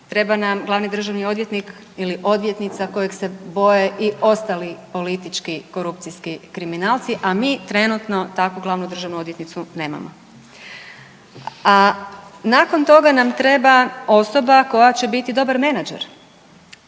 Treba nam glavni državni odvjetnik ili odvjetnica kojeg se boje i ostali politički korupcijski kriminalci, a mi trenutno takvu glavnu državnu odvjetnicu nemamo. A nakon toga nam treba osoba koja će biti dobar menadžer.